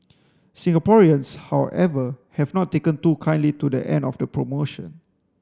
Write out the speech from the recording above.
Singaporeans however have not taken too kindly to the end of the promotion